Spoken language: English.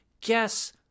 Guess